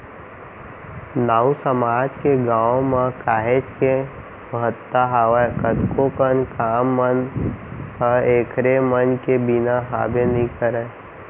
नाऊ समाज के गाँव म काहेच के महत्ता हावय कतको कन काम मन ह ऐखर मन के बिना हाबे नइ करय